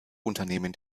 unternehmen